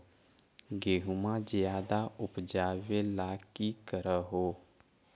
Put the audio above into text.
गेहुमा ज्यादा उपजाबे ला की कर हो?